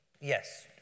Yes